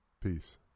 Peace